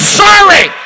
sorry